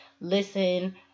listen